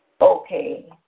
Okay